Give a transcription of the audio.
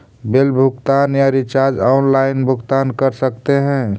Bill भुगतान या recharge online भुगतान कर सकते हैं?